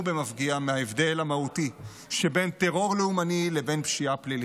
במפגיע מההבדל המהותי שבין טרור לאומני לבין פשיעה פלילית.